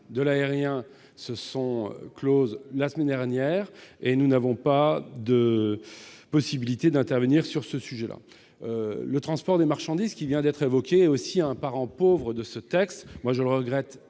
aérien se sont closes la semaine dernière, et nous n'avons pas de possibilité d'intervenir sur ce sujet. Le transport des marchandises, qui vient d'être évoqué, est aussi un parent pauvre de ce texte. Je le regrette